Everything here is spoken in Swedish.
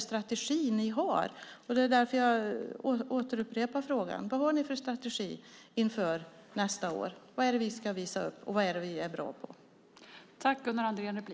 Vad har ni för strategi?